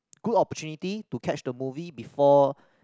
good opportunity to catch the movie before